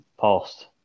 past